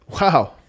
Wow